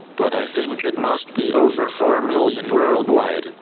but i think it must be over four million worldwide. and